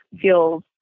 feels